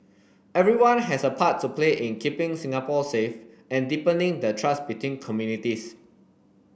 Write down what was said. everyone has a part to play in keeping Singapore safe and deepening the trust between communities